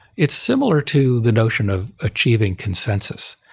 it's similar to the notion of achieving consensus.